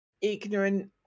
ignorant